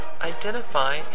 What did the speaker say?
identify